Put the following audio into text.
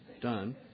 done